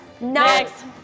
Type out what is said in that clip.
next